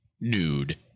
nude